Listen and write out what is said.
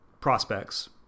prospects